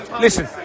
listen